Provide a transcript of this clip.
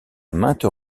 maintes